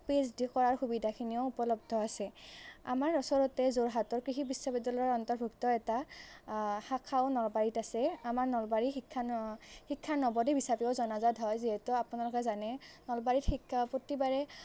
PhD কৰাৰ সুবিধাখিনিও উপলব্ধ আছে আমাৰ ওচৰতে যোৰহাটৰ কৃষি বিশ্ববিদ্যালয়ৰ অন্তৰ্ভুক্ত এটা শাখাও নলবাৰীত আছে আমাৰ নলবাৰী শিক্ষা ন শিক্ষাৰ নৱদ্বীপ হিচাপেও জনাজাত হয় যিহেতু আপোনালোকে জানেই নলবাৰীত শিক্ষা প্ৰতিবাৰে